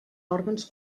òrgans